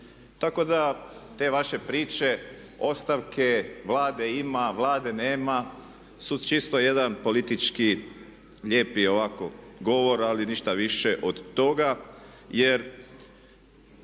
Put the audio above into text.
Tako da te vaše priče, ostavke, Vlade ima, Vlade nema su čisto jedan politički lijepi ovako govor ali ništa više od toga. Jer